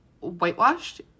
whitewashed